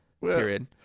period